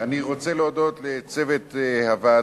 אני רוצה להודות לצוות הוועדה,